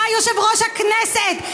אתה יושב-ראש הכנסת.